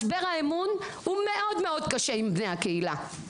משבר האמון מול בני הקהילה קשה מאוד.